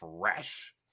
fresh